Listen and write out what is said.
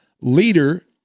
leader